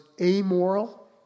amoral